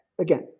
again